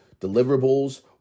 deliverables